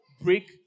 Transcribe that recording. break